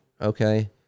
Okay